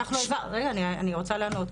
רגע, אני רוצה לענות,